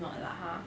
not lah ha